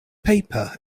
paper